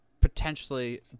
potentially